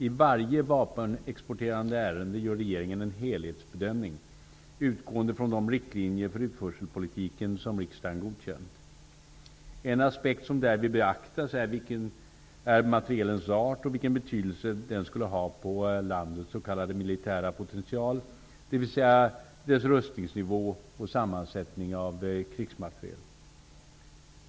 I varje vapenexportärende gör regeringen en helhetsbedömning utgående från de riktlinjer för utförselpolitiken som riksdagen har godkänt. En aspekt som därvid beaktas är materielens art och vilken betydelse den skulle ha på landets s.k. militära potential, dvs. dess rustningsnivå och sammansättning av krigsmateriel.